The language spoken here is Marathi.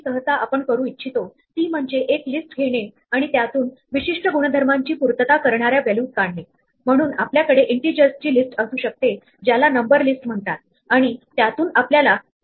समजा आपण विषम नंबर असा सेट ज्यामध्ये 1 ते 11 मधील सर्व विषम संख्यांचा सेट आणि प्राईम नंबर्स असा सेट ज्यामध्ये 2 ते 11 मधील सर्व मूळ संख्या घेऊन आधी पाहिल्याप्रमाणे सेट फंक्शन वापरून सेट बनवला